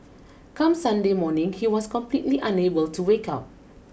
come Sunday morning he was completely unable to wake up